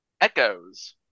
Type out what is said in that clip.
Echoes